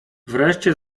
wreszcie